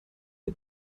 der